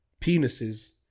penises